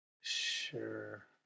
Sure